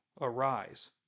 arise